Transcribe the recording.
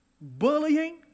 bullying